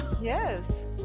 Yes